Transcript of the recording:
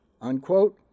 unquote